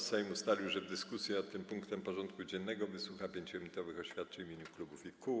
Sejm ustalił, że w dyskusji nad tym punktem porządku dziennego wysłucha 5-minutowych oświadczeń w imieniu klubów i kół.